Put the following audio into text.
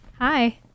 hi